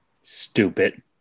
stupid